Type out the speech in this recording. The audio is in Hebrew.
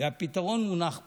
הפתרון מונח פה.